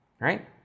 right